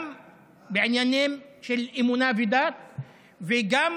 בעניינים של אמונה ודת וגם